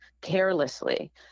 carelessly